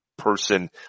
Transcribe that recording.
person